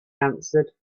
answered